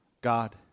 God